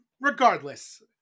Regardless